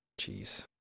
Jeez